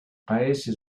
paese